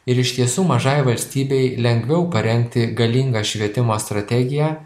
ir iš tiesų mažai valstybei lengviau parengti galingą švietimo strategiją